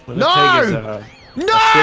no no,